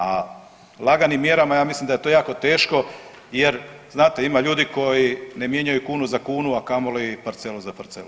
A laganim mjerama ja mislim da je to jako teško jer znate ima ljudi koji ne mijenjaju kunu za kunu, a kamoli parcelu za parcelu.